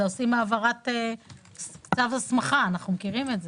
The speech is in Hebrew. זה העברת צו הסמכה, אנחנו מכירים את זה.